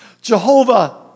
Jehovah